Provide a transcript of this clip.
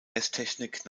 messtechnik